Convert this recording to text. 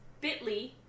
bit.ly